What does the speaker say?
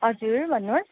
हजुर भन्नुहोस्